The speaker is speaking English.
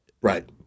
Right